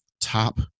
top